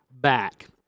Back